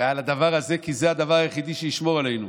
כי זה הדבר היחידי שישמור עלינו.